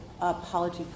apology